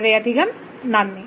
വളരെയധികം നന്ദി